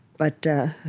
but a